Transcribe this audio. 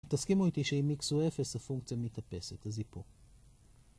תסכימו איתי שאם x הוא 0, אז הפונקציה מתאפסת, אז היא פה.